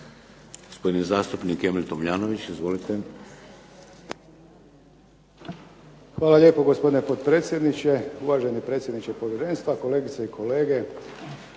Gospodin zastupnik Emil Tomljanović, izvolite. **Tomljanović, Emil (HDZ)** Hvala lijepo, gospodine potpredsjedniče. Uvaženi predsjedniče povjerenstva, kolegice i kolege.